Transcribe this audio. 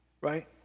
right